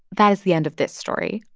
that is the end of this story.